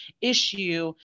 issue